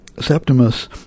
Septimus